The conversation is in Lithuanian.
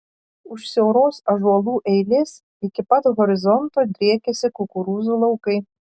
už siauros ąžuolų eilės iki pat horizonto driekiasi kukurūzų laukai